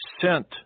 sent